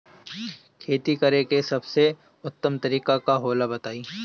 खेती करे के सबसे उत्तम तरीका का होला बताई?